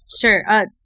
Sure